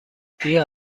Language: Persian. بیا